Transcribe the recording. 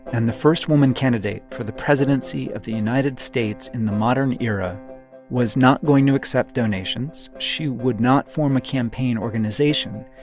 and the first woman candidate for the presidency of the united states in the modern era was not going to accept donations. she would not form a campaign organization.